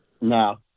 No